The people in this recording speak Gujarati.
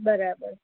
બરાબર